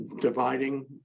dividing